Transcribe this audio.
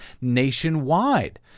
nationwide